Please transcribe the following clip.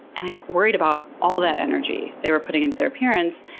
and i got worried about all that energy they were putting into their appearance.